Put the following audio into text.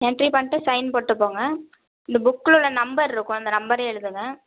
entry பண்ணிவிட்டு sign போட்டு போங்க இந்தப் புக்கில் உள்ள நம்பர் இருக்கும் அந்த நம்பரையும் எழுதுங்க